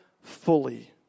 fully